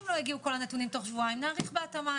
אם לא יגיעו כל הנתונים תוך שבועיים נאריך בהתאמה.